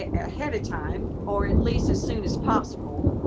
ah ahead of time, or at least as soon as possible,